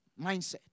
mindset